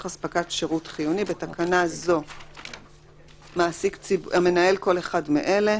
אספקת שירות חיוני ; בתקנה זו "המנהל" כל אחד מאלה,